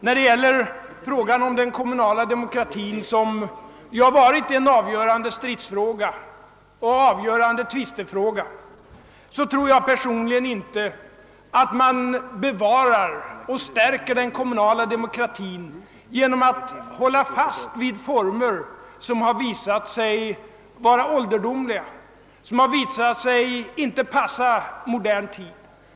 När det gäller frågan om den kommunala demokratin, som ju har varit en avgörande tvistefråga, tror jag personligen inte att man bevarar och stärker den kommunala demokratin genom att hålla fast vid former som har visat sig vara ålderdomliga och som inte passar i modern tid.